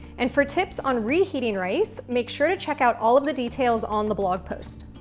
and for tips on reheating rice, make sure to check out all of the details on the blog post.